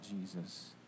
Jesus